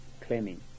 claiming